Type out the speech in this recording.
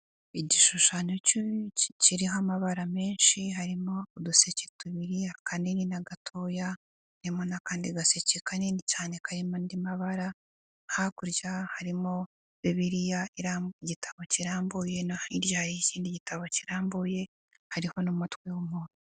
Igishushanyo kiriho amabara menshi harimo uduseke tubiri akanini na gatoya. Harimo n'akandi gaseke kanini cyane karimo andi mabara. Hakurya harimo Bibiliya, igitabo kirambuye no hirya hari ikindi gitabo kirambuye; hariho n'umutwe w'umuntu.